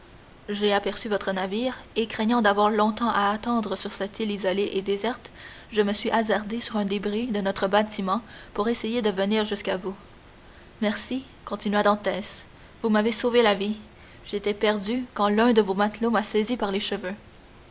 j'ai aperçu votre navire et craignant d'avoir longtemps à attendre sur cette île isolée et déserte je me suis hasardé sur un débris de notre bâtiment pour essayer de venir jusqu'à vous merci continua dantès vous m'avez sauvé la vie j'étais perdu quand l'un de vos matelots m'a saisi par les cheveux